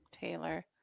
taylor